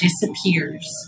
disappears